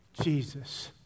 Jesus